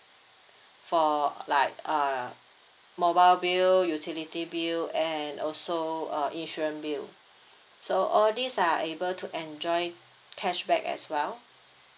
for like uh mobile bill utility bill and also uh insurance bill so all these are able to enjoy the cashback as well